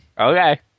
Okay